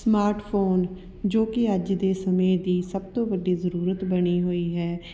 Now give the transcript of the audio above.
smart phone ਜੋ ਕਿ ਅੱਜ ਦੇ ਸਮੇਂ ਦੀ ਸਭ ਤੋਂ ਵੱਡੀ ਜ਼ਰੂਰਤ ਬਣੀ ਹੋਈ ਹੈ